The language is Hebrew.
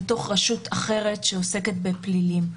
לתוך רשות אחרת שעוסקת בפלילים,